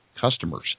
customers